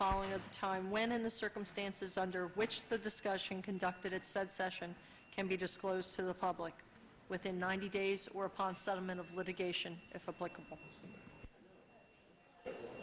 following at the time when in the circumstances under which the discussion conducted its session can be disclosed to the public within ninety days or upon settlement of litigation if